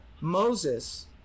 Moses